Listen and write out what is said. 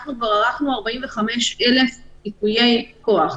שאנחנו כבר ערכנו 45,000 ייפויי כוח,